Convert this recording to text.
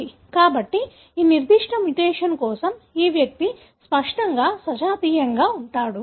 కాబట్టి ఈ నిర్దిష్ట మ్యుటేషన్ కోసం ఈ వ్యక్తి స్పష్టంగా సజాతీయంగా ఉంటాడు